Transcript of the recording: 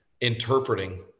interpreting